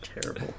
Terrible